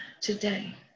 today